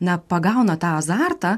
na pagauna tą azartą